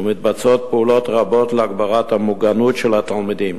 ומתבצעות פעולות רבות להגברת המוגנות של התלמידים.